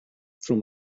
från